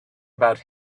about